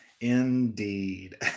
Indeed